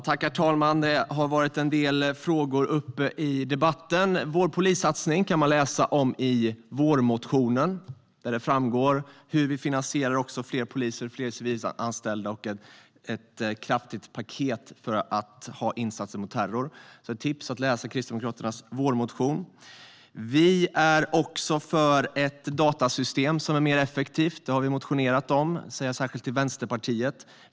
Herr talman! Det har varit en del frågor uppe i debatten. Vår polissatsning kan man läsa om i vårmotionen. Där framgår det hur vi finansierar fler poliser, fler civilanställda och ett kraftigt paket för insatser mot terror. Ett tips är alltså att läsa Kristdemokraternas vårmotion. Vi är också för ett datasystem som är mer effektivt. Det har vi motionerat om. Detta säger jag särskilt till Vänsterpartiet.